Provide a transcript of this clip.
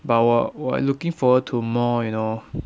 but 我我 looking forward to more you know